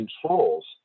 controls